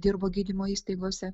dirbo gydymo įstaigose